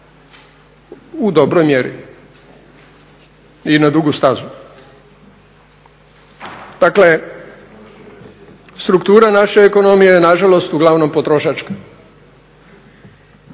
u dobroj mjeri i na dugu stazu. Dakle, struktura naše ekonomije je nažalost uglavnom potrošačka